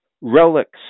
relics